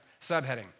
subheading